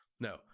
No